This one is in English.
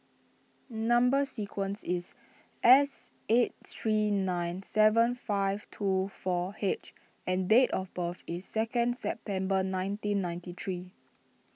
Number Sequence is S eight three nine seven five two four H and date of birth is second September nineteen ninety three